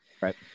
Right